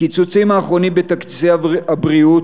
הקיצוצים האחרונים בתקציבי הבריאות